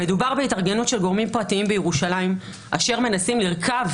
המדובר בהתארגנות של גורמים פרטיים בירושלים אשר מנסים לרכוב